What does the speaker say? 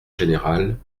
générale